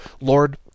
Lord